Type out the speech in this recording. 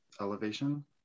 elevation